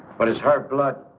but it's her blood.